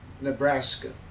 Nebraska